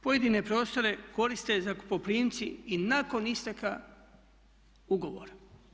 Pojedine prostore koriste zakupoprimci i nakon isteka ugovora.